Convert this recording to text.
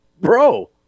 bro